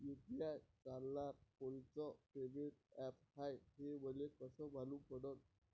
UPI चालणारं कोनचं payment app हाय, हे मले कस मालूम पडन?